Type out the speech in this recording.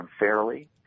unfairly